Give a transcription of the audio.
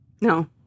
No